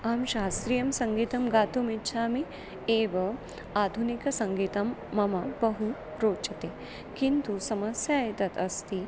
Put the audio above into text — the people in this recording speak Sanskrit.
अहं शास्त्रीयं सङ्गीतं गातुम् इच्छामि एव आधुनिकसङ्गीतं मह्यं बहु रोचते किन्तु समस्या एषा अस्ति